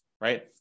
right